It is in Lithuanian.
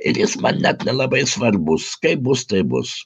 ir jis man net nelabai svarbus kaip bus taip bus